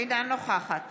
אינה נוכחת